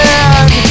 end